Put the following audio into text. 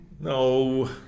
No